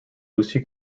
lucy